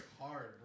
Hard